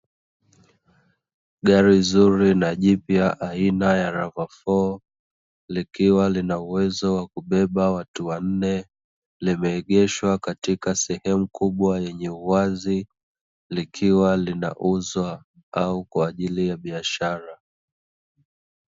Gari zuri na jipya aina ya rava foo, likiwa linauwezo wa kubeba watu wanne, limeegeshwa katika sehemu kubwa yenye uwazi likiwa linauzwa au kwa ajili ya biashara.